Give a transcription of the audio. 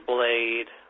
Blade